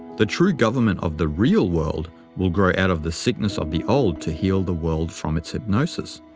the true government of the real world will grow out of the sickness of the old to heal the world from its hypnosis.